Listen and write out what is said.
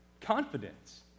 Confidence